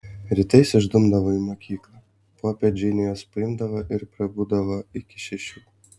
rytais išdumdavo į mokyklą popiet džeinė juos paimdavo ir prabūdavo iki šešių